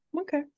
Okay